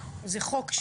זה חוק.